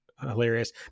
hilarious